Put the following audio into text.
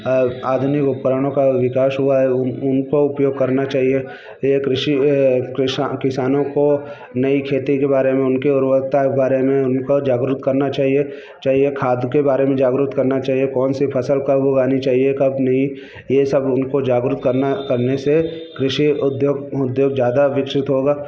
आधुनिक उपकरणों का विकास हुआ है उनका उपयोग करना चाहिए एक कृषि किसानों को नई खेती के बारे में उनके उर्वरकता के बारे में उनको जागृत करना चाहिए चाहिए खाद के बारे में जागृत करना चाहिए कौन सी फसल कब उगानी चाहिए कब नहीं ये सब उनको जागृत करना करने से कृषि उद्योग उद्योग ज्यादा विकसित होगा